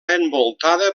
envoltada